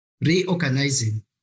reorganizing